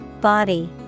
Body